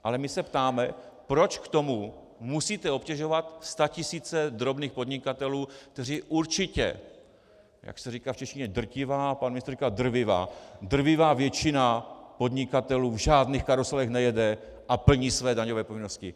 Ale my se ptáme, proč k tomu musíte obtěžovat statisíce drobných podnikatelů, kteří určitě jak se říká v češtině drtivá a pan ministr říká drvivá drvivá většina podnikatelů v žádných karuselech nejde a plní své daňové povinnosti.